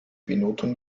benotung